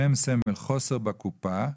שם סמל, חוסר בקופה,